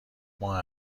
ماه